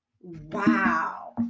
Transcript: Wow